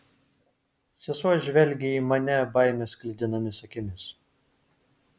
sesuo žvelgė į mane baimės sklidinomis akimis